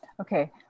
okay